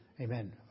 Amen